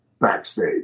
backstage